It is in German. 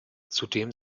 zudem